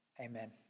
Amen